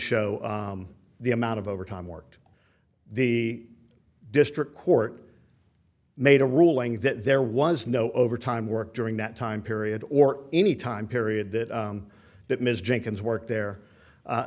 show the amount of overtime worked the district court made a ruling that there was no overtime work during that time period or any time period that that ms jenkins worked there